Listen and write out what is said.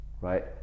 right